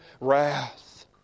wrath